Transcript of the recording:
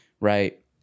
right